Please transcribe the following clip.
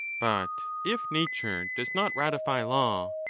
but if nature does not ratify law,